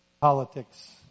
Politics